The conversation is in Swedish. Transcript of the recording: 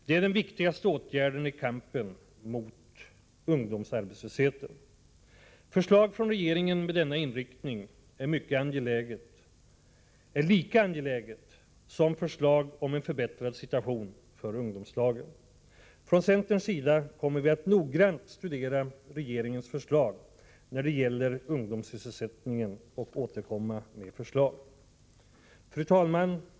Det är den viktigaste åtgärden i kampen mot ungdomsarbetslösheten. Förslag från regeringen med denna inriktning är lika angeläget som förslag om en förbättrad situation för ungdomslagen. Från centerns sida kommer vi att noggrant studera regeringens förslag när det gäller ungdomssysselsättningen och återkomma med förslag. Herr talman!